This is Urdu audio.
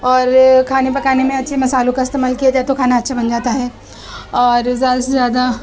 اور کھانا پکانے میں اچھے مصالحوں کا استعمال کیا جائے تو کھانا اچھا بن جاتا ہے اور زیادہ سے زیادہ